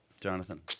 Jonathan